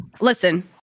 Listen